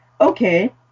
okay